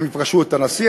הם פגשו את הנשיא,